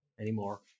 anymore